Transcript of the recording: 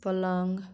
पलङ्ग